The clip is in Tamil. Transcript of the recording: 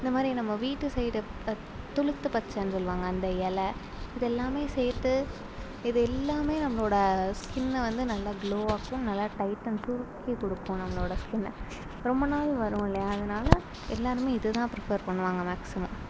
இந்தமாதிரி நம்ம வீட்டு சைடு ப துளுத்து பச்சைன்னு சொல்லுவாங்க அந்த இல இது எல்லாமே சேர்த்து இது எல்லாமே நம்மளோடய ஸ்கின்னை வந்து நல்லா க்ளோவாக்கும் நல்லா டைட்டன் தூக்கி கொடுக்கும் நம்மளோட ஸ்கின்னை ரொம்ப நாள் வரும் இல்லையா அதனால எல்லோருமே இதுதான் ப்ரிஃபர் பண்ணுவாங்க மேக்சிமம்